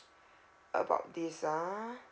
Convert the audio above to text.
about this ah